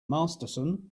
masterson